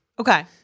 Okay